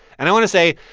and i want to say,